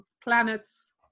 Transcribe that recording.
planets